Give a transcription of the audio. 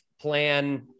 plan